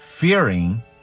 Fearing